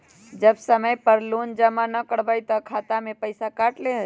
जब समय पर लोन जमा न करवई तब खाता में से पईसा काट लेहई?